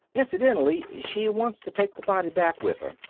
incidentally, she wants to take the body back with her.